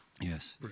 yes